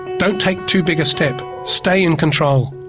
don't take too big a step, stay in control,